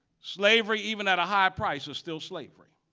slavery even at a high price is still slavery.